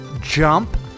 jump